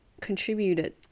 contributed